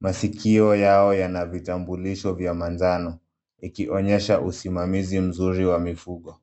Masikio yao yana vitambulisho vya manjano, ikionyesha usimamizi mzuri wa mifugo.